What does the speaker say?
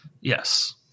Yes